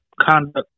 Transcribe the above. conduct